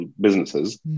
businesses